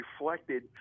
reflected